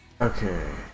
Okay